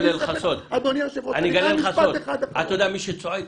מי שצועק